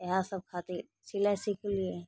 तऽ इएहे सभ खातिर सिलाइ सिखलियै